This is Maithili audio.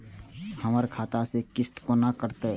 हमर खाता से किस्त कोना कटतै?